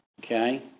Okay